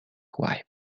wife